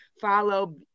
Follow